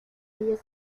ellas